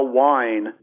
wine